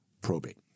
probate